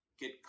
get